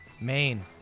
Maine